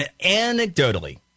Anecdotally